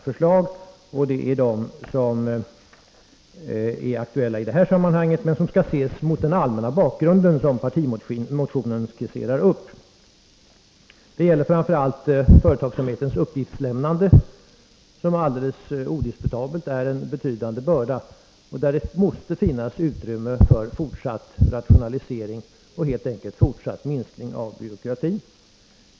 Det är dessa förslag som är aktuella i detta sammanhang, men de skall ses mot den allmänna bakgrund som partimotionen skisserar upp. Det gäller framför allt företagsamhetens uppgiftslämnande, som alldeles odiskutabelt är en betydande börda och där det måste finnas utrymme för fortsatt rationalisering och helt enkelt fortsatt minskning av byråkratin.